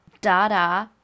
dada